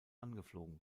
angeflogen